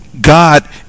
God